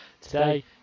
Today